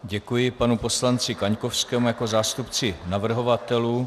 Děkuji panu poslanci Kaňkovskému jako zástupci navrhovatelů.